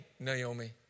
Naomi